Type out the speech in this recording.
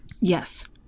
Yes